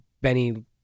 Benny